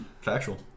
Factual